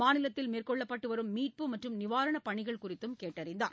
மாநிலத்தில் மேற்கொள்ளப்பட்டு வரும் மீட்பு மற்றும் நிவாரணப்பணிகள் குறித்து கேட்டறிந்தார்